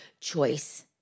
choice